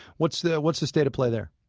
what's the what's the state of play there?